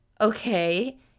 okay